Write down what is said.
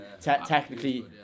technically